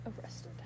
arrested